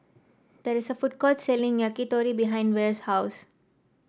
there is a food court selling Yakitori behind Vere's house